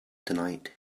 tonight